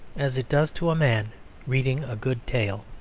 as it does to a man reading a good tale.